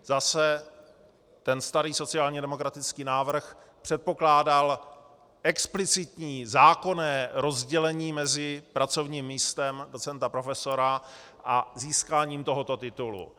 Zase ten starý sociálně demokratický návrh předpokládal explicitní zákonné rozdělení mezi pracovním místem docenta, profesora a získáním tohoto titulu.